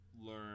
learn